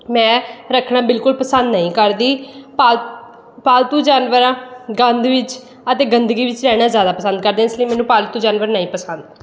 ਮੈਂ ਰੱਖਣਾ ਬਿਲਕੁਲ ਪਸੰਦ ਨਹੀਂ ਕਰਦੀ ਪਾਲ ਪਾਲਤੂ ਜਾਨਵਰਾਂ ਗੰਦ ਵਿੱਚ ਅਤੇ ਗੰਦਗੀ ਵਿੱਚ ਰਹਿਣਾ ਜ਼ਿਆਦਾ ਪਸੰਦ ਕਰਦੇ ਨੇ ਇਸ ਲਈ ਮੈਨੂੰ ਪਾਲਤੂ ਜਾਨਵਰ ਨਹੀਂ ਪਸੰਦ